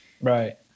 Right